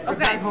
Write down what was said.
Okay